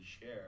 share